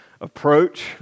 approach